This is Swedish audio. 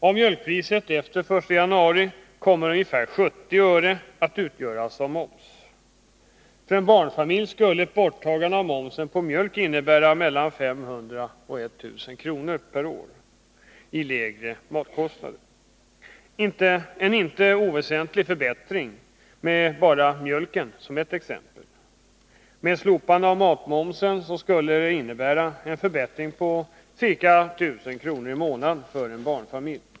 Av mjölkpriset efter den 1 januari kommer ca 70 öre att utgöras av moms. För en barnfamilj skulle ett borttagande av momsen på mjölk innebära mellan 500 och 1 000 kr. i lägre matkostnader på ett år — en inte oväsentlig förbättring med bara mjölken som exempel. Ett slopande av matmomsen skulle innebära en förbättring på ca 1000 kr. i månaden för en barnfamilj.